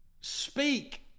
speak